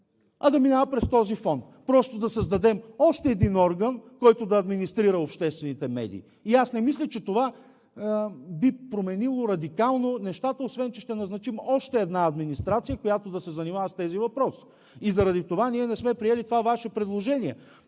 а да минава през този фонд. Просто да създадем още един орган, който да администрира обществените медии. Аз не мисля, че това би променило радикално нещата, освен че ще назначим още една администрация, която да се занимава с тези въпроси. Заради това ние не сме приели това Ваше предложение,